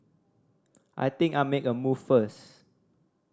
I think I'll make a move first